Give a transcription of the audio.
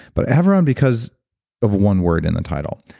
but i have her on because of one word in the title,